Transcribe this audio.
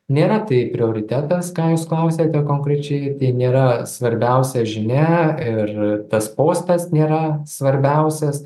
nėra tai prioritetas ką jūs klausiate konkrečiai tai nėra svarbiausia žinia ir tas postas nėra svarbiausias